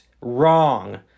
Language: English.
wrong